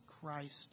Christ